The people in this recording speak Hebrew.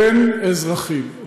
בין אזרחים,